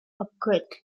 upgraded